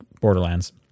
Borderlands